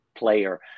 player